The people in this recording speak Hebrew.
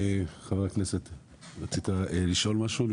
חבר הכנסת רצית לשאול משהו?